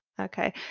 okay